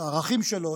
את הערכים שלו,